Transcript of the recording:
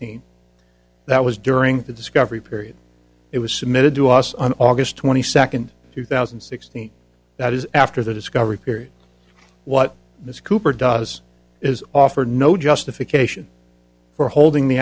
sixteen that was during the discovery period it was submitted to us on august twenty second two thousand and sixteen that is after the discovery period what this cooper does is offer no justification for holding the